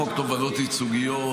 חוק תובענות ייצוגיות,